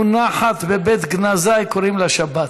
מונחת בבית גנזיי, קוראים לה שבת.